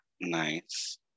Nice